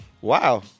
Wow